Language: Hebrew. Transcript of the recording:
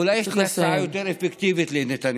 אולי יש לי הצעה יותר אפקטיבית לנתניהו: